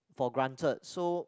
for granted so